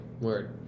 Word